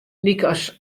lykas